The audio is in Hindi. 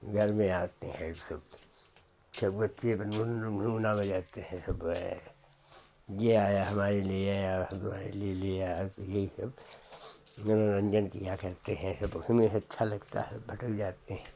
घर में आते हैं सब सब बच्चे अपन झुनझुन झुनझुना बजाते हैं सब ये आया हमारे लिए नहीं आया हम तुम्हारे लिए ले आया तो यही सब मनोरंजन किया करते हैं जब उसमें सब अच्छा लगता है भटक जाते हैं